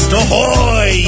ahoy